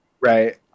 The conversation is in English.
right